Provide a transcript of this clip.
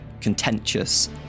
contentious